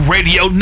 Radio